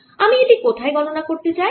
আমি এটি কোথায় গণনা করতে চাই